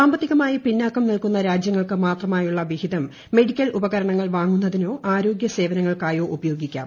സാമ്പത്തികമായി പിന്നാക്കം നിൽക്കുന്ന രാജ്യങ്ങൾക്ക് മാത്രമായുള്ള വിഹിതം മെഡിക്കൽ ഉപകരണങ്ങൾ വാങ്ങുന്നതിനോ ആരോഗൃ സേവനങ്ങൾക്കായോ ഉപയോഗിക്കാം